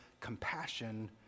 compassion